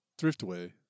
Thriftway